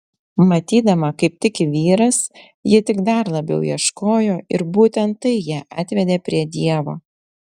matydama kaip tiki vyras ji tik dar labiau ieškojo ir būtent tai ją atvedė prie dievo